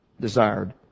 desired